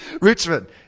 Richmond